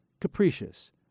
capricious